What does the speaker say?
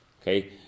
Okay